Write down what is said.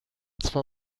zwar